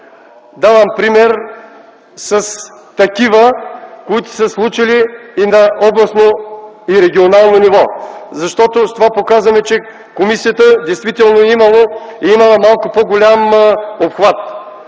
Давам пример с такива, които са се случили на областно и регионално ниво. С това показваме, че комисията действително е имала малко по-голям обхват